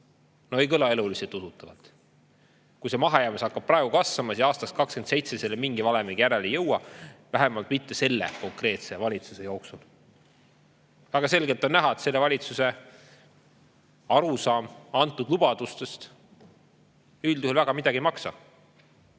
No ei kõla eluliselt usutavalt! Kui see mahajäämus hakkab praegu kasvama, siis aastaks 2027 sellele mingi valemiga järele ei jõua, vähemalt mitte selle konkreetse valitsuse [ametiaja] jooksul. Selgelt on näha, et selle valitsuse arusaam antud lubadustest üldjuhul väga midagi ei maksa.